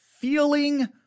feeling